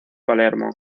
palermo